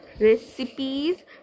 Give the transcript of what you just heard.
recipes